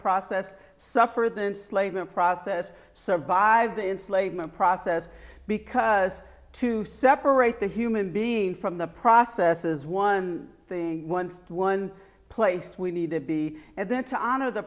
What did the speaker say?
process suffered and slave and process survived the insulating a process because to separate the human being from the process is one thing one one place we need to be and then to honor the